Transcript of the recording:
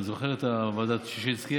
אני זוכר את ועדת ששינסקי,